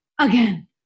again